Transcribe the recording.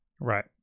Right